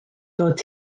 dod